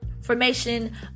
formation